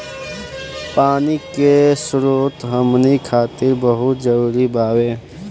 पानी के स्रोत हमनी खातीर बहुत जरूरी बावे